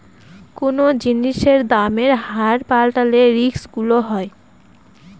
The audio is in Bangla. কোনো জিনিসের দামের হার পাল্টালে রিস্ক গুলো হয়